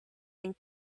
and